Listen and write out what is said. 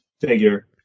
figure